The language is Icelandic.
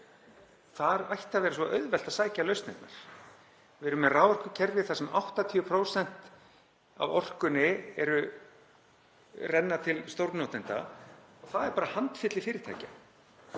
þar ætti að vera svo auðvelt að sækja lausnirnar. Við erum með raforkukerfi þar sem 80% af orkunni renna til stórnotenda og það er bara handfylli fyrirtækja.